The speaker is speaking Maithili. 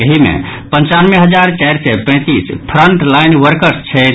एहि मे पंचानवे हजार चारि सय पैंतीस फ्रंट लाईन वर्कर्स छथि